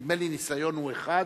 נדמה לי ניסיון הוא אחד,